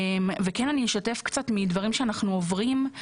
אני אשתף מדברים שאנחנו עוברים: